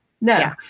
No